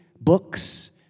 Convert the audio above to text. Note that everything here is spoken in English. books